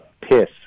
piss